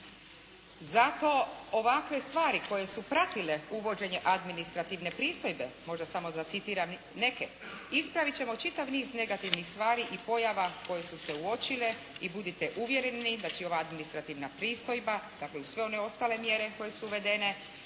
Zato ovakve stvari koje su pratile uvođenje administrativne pristojbe, možda samo da citiram neke. Ispravit ćemo čitav niz negativnih stvari i pojava koje su se uočile i budite uvjereni da će ova administrativna pristojba dakle uz sve one ostale mjere koje su uvedene